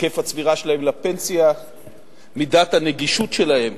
היקף הצבירה שלהן לפנסיה, מידת הנגישות שלהן